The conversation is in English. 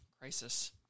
crisis